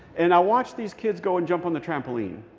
and i watch these kids go and jump on the trampoline.